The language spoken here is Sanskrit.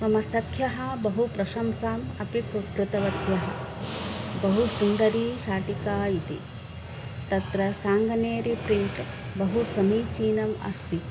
मम सख्यः बहु प्रशंसाम् अपि कृते कृतवत्यः बहु सुन्दरी शाटिका इति तत्र साङ्गनेरि प्रिण्ट् बहु समीचीनम् अस्ति